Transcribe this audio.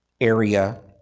area